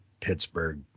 Pittsburgh